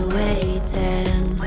waiting